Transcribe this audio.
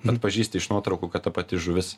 atpažįsti iš nuotraukų kad ta pati žuvis